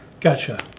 gotcha